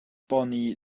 bonnie